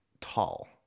tall